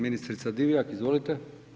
Ministrica Divjak, izvolite.